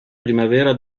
primavera